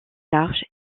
large